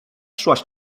szłaś